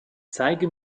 zeige